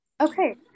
Okay